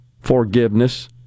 forgiveness